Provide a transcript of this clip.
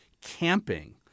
camping